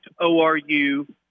ORU